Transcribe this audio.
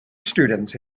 students